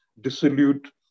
dissolute